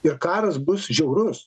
ir karas bus žiaurus